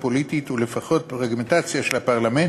הפוליטית ולפחות פרגמנטציה של הפרלמנט,